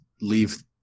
leave